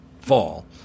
fall